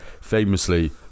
famously